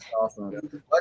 awesome